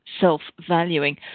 self-valuing